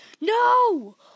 No